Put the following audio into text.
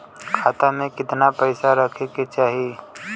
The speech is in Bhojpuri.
खाता में कितना पैसा रहे के चाही?